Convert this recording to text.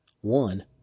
One